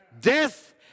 Death